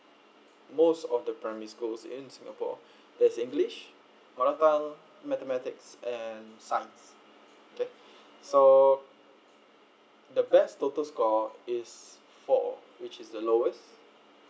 most of the primary schools in singapore there's english maratang mathematics and science okay so the best total score is four which is the lowest